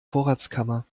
vorratskammer